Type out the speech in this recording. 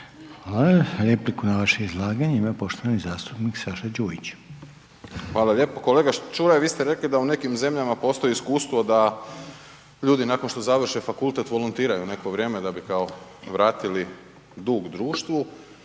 Hvala. Repliku na vaše izlaganje ima poštovani zastupnik Saša Đujić. **Đujić, Saša (SDP)** Hvala lijepo. Kolega Čuraj, vi ste rekli da i nekim zemljama postoji iskustvo da ljudi nakon što završe fakultet volontiraju neko vrijeme da bi kao vratili dug društvu.